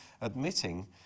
admitting